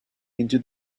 into